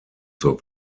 zur